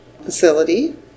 facility